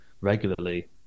regularly